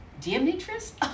Demetrius